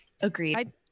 agreed